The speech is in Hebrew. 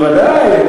בוודאי.